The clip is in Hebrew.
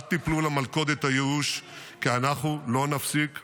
אל תיפלו למלכודת הייאוש כי אנחנו לא נפסיק ונממש.